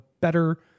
better